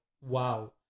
wow